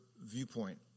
viewpoint